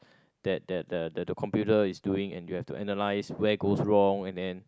that that the the computer is doing and you have to analyse where goes wrong and then